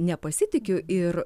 nepasitikiu ir